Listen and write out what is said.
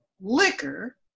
liquor